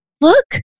look